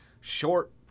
short